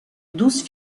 douze